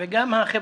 וגם החבר'ה,